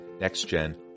Next-Gen